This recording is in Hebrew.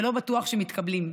ולא בטוח שמתקבלים.